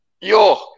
Yo